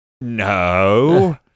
No